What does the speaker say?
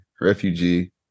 refugee